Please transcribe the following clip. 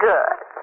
Good